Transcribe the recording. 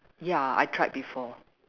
ya I tried before